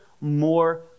more